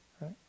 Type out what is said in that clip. right